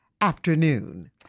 afternoon